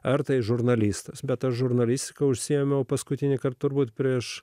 ar tai žurnalistas bet aš žurnalistika užsiėmiau paskutinįkart turbūt prieš